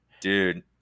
dude